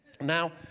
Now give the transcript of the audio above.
Now